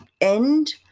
end